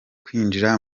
kwinjira